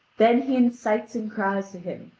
then he incites and cries to him,